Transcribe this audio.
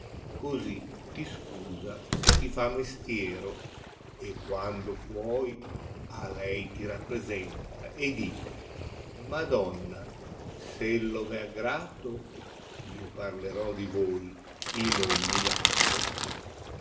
così ti scusa se ti fa mestiero e quando puoi a lei ti rappresenta e di madonna s elio v è aggrato io parlerò di voi ia ogni lato